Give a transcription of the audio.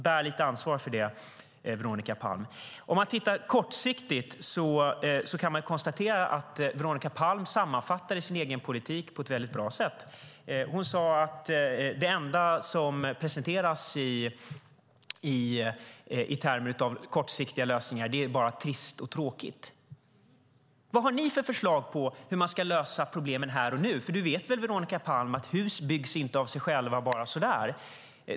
Bär lite ansvar för det, Veronica Palm. Låt oss titta kortsiktigt. Vi kan konstatera att Veronica Palm sammanfattade sin egen politik på ett bra sätt. Hon sade att det enda som presenteras i termer av kortsiktiga lösningar är trist och tråkigt. Vad har ni för förslag på hur man ska lösa problemen här och nu? Du vet väl, Veronica Palm, att hus inte byggs av sig själva, bara så där?